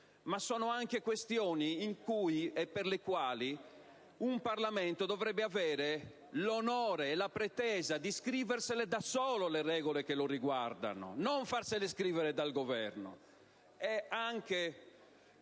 Ma sono anche questioni per le quali un Parlamento dovrebbe avere l'onore e la pretesa di scriversi da solo le regole che lo riguardano e non di farsele scrivere dal Governo.